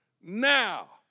Now